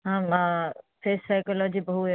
आं face psychology बहु ए